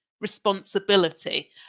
responsibility